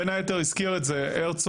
בין היתר הזכיר הזה הרצוג,